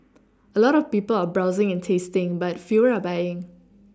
a lot of people are browsing and tasting but fewer are buying